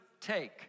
take